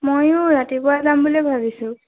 ময়ো ৰাতিপুৱা যাম বুলিয়ে ভাবিছোঁ